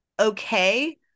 okay